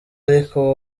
ariko